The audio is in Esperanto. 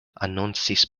anoncis